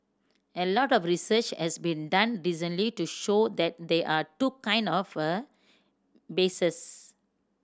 a lot of research has been done recently to show that there are two kinds of a